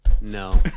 No